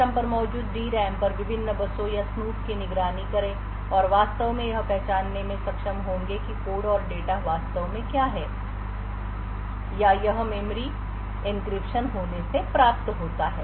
system पर मौजूद D RAM पर विभिन्न बसों या स्नूप की निगरानी करें और वास्तव में यह पहचानने में सक्षम होंगे कि कोड और डेटा वास्तव में क्या है या यह मेमोरी एन्क्रिप्शन होने से प्राप्त होता है